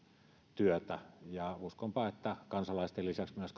työtä uskonpa että kansalaisten lisäksi myös